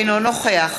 אינו נוכח